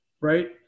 right